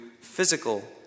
physical